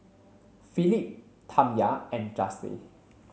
Philip Tamya and Jase